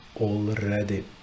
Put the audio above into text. already